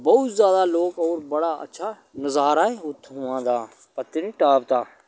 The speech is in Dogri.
बहोत जादा लोक होर बड़ा अच्छा नजारा उ'त्थुआं दा पत्नीटाप दा